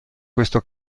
questo